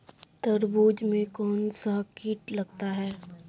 तरबूज में कौनसा कीट लगता है?